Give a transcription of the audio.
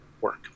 work